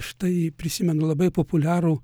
štai prisimenu labai populiarų